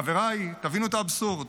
חבריי, תבינו את האבסורד.